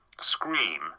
Scream